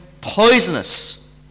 poisonous